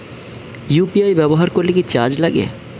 UPI ব্যবহার করলে কি চার্জ লাগে?